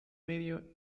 medio